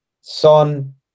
son